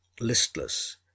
listless